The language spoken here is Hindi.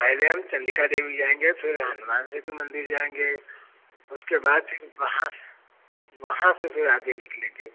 पहले हम चंडिका देवी जाएँगे फिर हनुमान सेतु मंदिर जाएँगे उसके बाद फिर वहाँ वहाँ से फिर आगे निकलेंगे